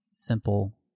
Simple